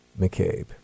McCabe